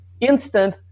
instant